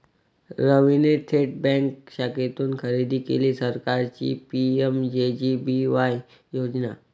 रवीने थेट बँक शाखेतून खरेदी केली सरकारची पी.एम.जे.जे.बी.वाय योजना